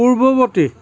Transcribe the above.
পূৰ্ৱবৰ্তী